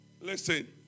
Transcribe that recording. Listen